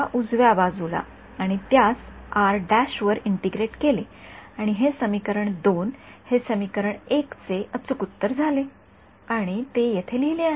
पहिल्या समीकरणाच्या उजव्या बाजूला आणि त्यास वर इंटिग्रेट केले आणि हे समीकरण २ हे समीकरण १ चे अचूक उत्तर झाले आणि ते येथे लिहिलेले आहे